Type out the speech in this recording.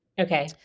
Okay